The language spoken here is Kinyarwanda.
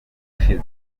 ushize